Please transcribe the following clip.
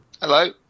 Hello